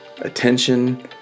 Attention